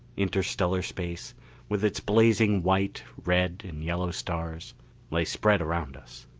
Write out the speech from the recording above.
interstellar space with its blazing white, red and yellow stars lay spread around us.